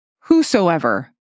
whosoever